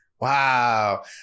Wow